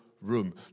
room